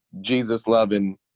Jesus-loving